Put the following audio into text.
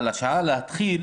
אבל לגבי שעת ההתחלה,